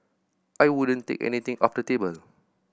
I wouldn't take anything off the table